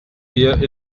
wir